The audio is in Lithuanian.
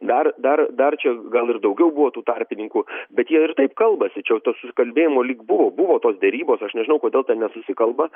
dar dar dar čia gal ir daugiau buvo tų tarpininkų bet jie ir taip kalbasi čia jau to susikalbėjimo lyg buvo buvo tos derybos aš nežinau kodėl nesusikalba